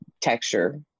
texture